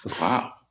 wow